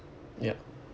ya